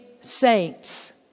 saints